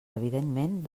evidentment